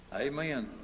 amen